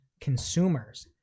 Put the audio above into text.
consumers